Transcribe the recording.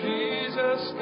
Jesus